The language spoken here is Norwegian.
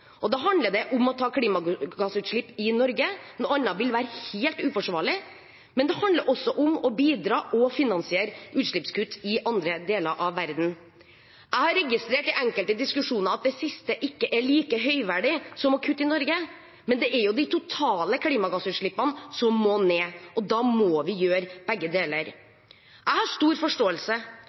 Da handler det om å ta klimagassutslipp i Norge – noe annet ville vært helt uforsvarlig. Men det handler også om å bidra og finansiere utslippskutt i andre deler av verden. Jeg har i enkelte diskusjoner registrert at det siste ikke er like høyverdig som å kutte i Norge. Men det er jo de totale klimagassutslippene som må ned. Da må vi gjøre begge deler. Jeg har stor forståelse